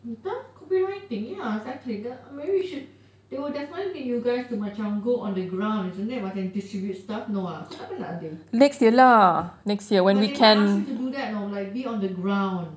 entah copywriting ya exactly maybe they should they will definitely make you guys to macam go on the ground isn't it macam distribute stuff no ah kau tak penat ke but they might ask you to do that no like be on the ground